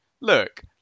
look